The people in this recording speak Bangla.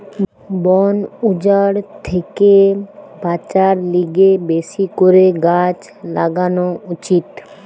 বন উজাড় থেকে বাঁচার লিগে বেশি করে গাছ লাগান উচিত